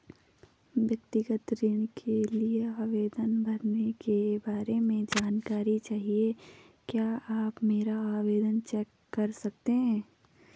व्यक्तिगत ऋण के लिए आवेदन भरने के बारे में जानकारी चाहिए क्या आप मेरा आवेदन चेक कर सकते हैं?